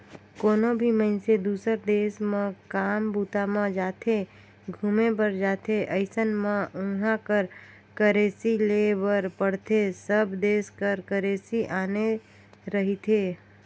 कोनो भी मइनसे दुसर देस म काम बूता म जाथे, घुमे बर जाथे अइसन म उहाँ कर करेंसी लेय बर पड़थे सब देस कर करेंसी आने रहिथे